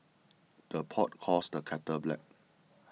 the pot calls the kettle black